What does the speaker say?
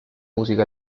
musica